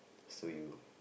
so you'll